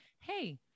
Hey